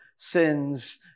sins